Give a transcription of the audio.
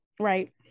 Right